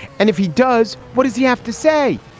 and if he does, what does he have to say?